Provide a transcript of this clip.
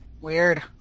Weird